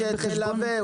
את מי שתלווה,